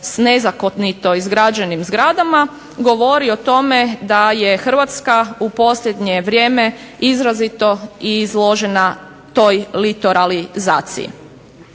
sa nezakonito izgrađenim zgradama, govori o tome da je Hrvatska u posljednje vrijeme izrazito izložena toj litoralizaciji.